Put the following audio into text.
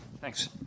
Thanks